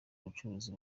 abacuruzi